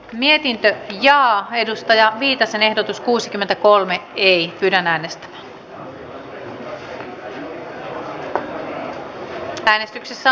mietintö linjaa on edustaja viitasen ehdotus kuusikymmentäkolme ei arvoisa puhemies